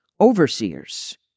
overseers